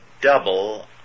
double